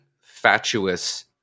fatuous